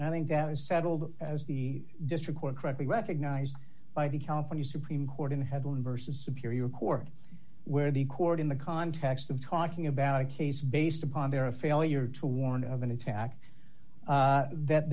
and i think that is settled as the district court correctly recognized by the california supreme court in heaven vs superior court where the court in the context of talking about a case based upon their a failure to warn of an attack that th